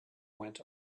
went